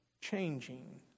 changing